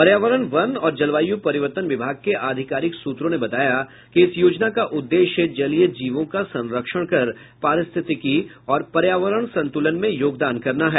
पर्यावरण वन और जलवायु परिवर्तन विभाग के आधिकारिक सूत्रों ने बताया कि इस योजना का उद्देश्य जलीय जीवों का संरक्षण कर परिस्थितिकी और पर्यावरण संतुलन में योगदान करना है